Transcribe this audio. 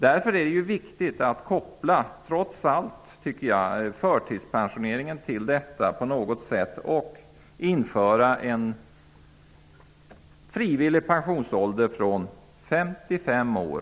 Därför är det viktigt att trots allt koppla förtidspensionering till införandet av en frivillig pensionsålder vid 55 år.